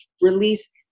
release